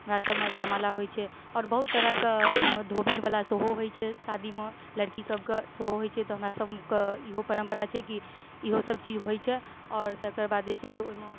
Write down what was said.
हमरासबमे जयमाला होइ छै आओर बहुत तरहके धोबिनवला सेहो होइ छै शादीमे लड़कीसबके सेहो होइ छै तऽ हमरासबके इहो परम्परा छै कि इहो सबचीज होइ छै आओर तकरबाद जे छै से ओहिमे